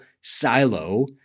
silo